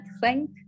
thank